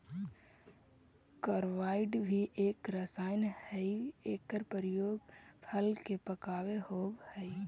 carbide भी एक रसायन हई एकर प्रयोग फल के पकावे होवऽ हई